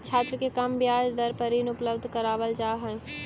छात्र के कम ब्याज दर पर ऋण उपलब्ध करावल जा हई